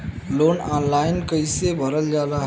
Loan online कइसे भरल जाला?